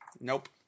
Nope